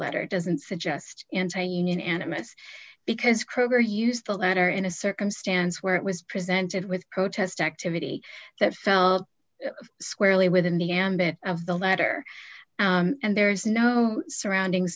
letter doesn't suggest a union animists because kroger used the letter in a circumstance where it was presented with protest activity that fell squarely within the ambit of the letter and there is no surrounding